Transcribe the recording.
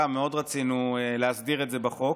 גם מאוד רצינו להסדיר את זה בחוק.